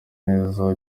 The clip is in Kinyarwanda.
neza